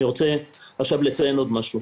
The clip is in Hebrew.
אני רוצה לציין עוד משהו,